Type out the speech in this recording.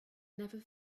never